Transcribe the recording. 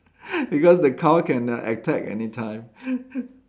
because the cow can uh attack anytime